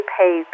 pay